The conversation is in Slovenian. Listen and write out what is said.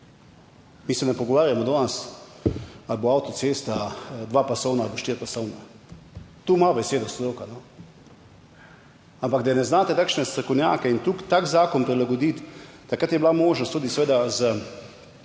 Mi se ne pogovarjamo danes ali bo avtocesta dvopasovna ali bo štiripasovna. Tu ima besedo stroka, ampak da ne znate takšne strokovnjake in tudi tak zakon prilagoditi. Takrat je bila možnost tudi, seveda,